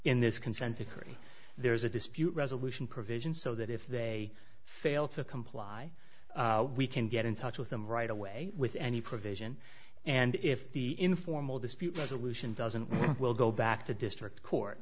in this consent decree there is a dispute resolution provision so that if they fail to comply we can get in touch with them right away with any provision and if the informal dispute resolution doesn't well go back to district court